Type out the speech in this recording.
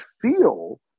feel